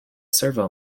servo